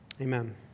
Amen